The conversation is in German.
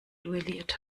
duelliert